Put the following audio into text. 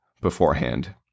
beforehand